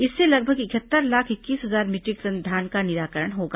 इससे लगभग इकहत्तर लाख इक्कीस हजार मीटरिक टन धान का निराकरण होगा